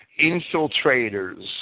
infiltrators